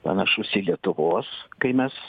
panašus į lietuvos kai mes